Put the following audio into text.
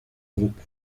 groupe